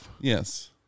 Yes